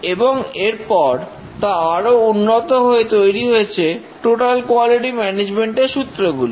এবং এরপর তা আরো উন্নত হয়ে তৈরি হয়েছে টোটাল কোয়ালিটি ম্যানেজমেন্ট এর সূত্রগুলি